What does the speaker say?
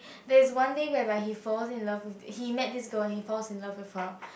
that is one day whereby he falls in love with he met this girl he falls in love with her